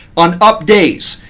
on up days.